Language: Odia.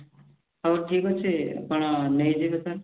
ହଉ ଠିକ୍ ଅଛି ଆପଣ ନେଇ ଯିବେ ତା'ହେଲେ